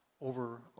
over